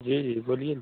जी जी बोलिए ना